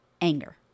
Anger